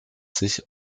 sich